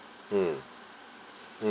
mm hmm